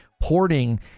porting